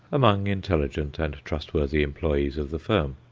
among intelligent and trustworthy employes of the firm.